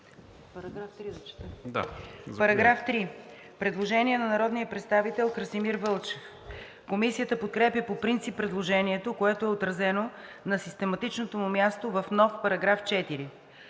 По § 3 има предложение на народния представител Красимир Вълчев. Комисията подкрепя по принцип предложението, което е отразено на систематичното му място в нов § 4.